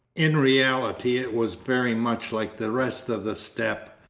in reality it was very much like the rest of the steppe,